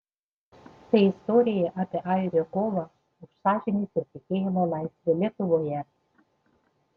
tai istorija apie airio kovą už sąžinės ir tikėjimo laisvę lietuvoje